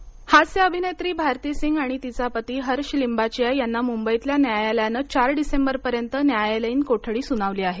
भारती सिंग हास्य अभिनेत्री भारती सिंग आणि तिचा पती हर्ष लिंबाचिया यांना मुंबईतल्या न्यायालयानं चार डिसेंबरपर्यंत न्यायालयीन कोठडी सुनावली आहे